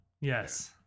Yes